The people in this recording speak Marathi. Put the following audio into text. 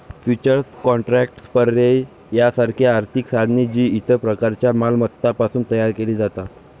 फ्युचर्स कॉन्ट्रॅक्ट्स, पर्याय यासारखी आर्थिक साधने, जी इतर प्रकारच्या मालमत्तांपासून तयार केली जातात